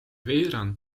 veerand